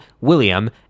William